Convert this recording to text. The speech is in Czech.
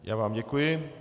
Já vám děkuji.